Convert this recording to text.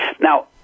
Now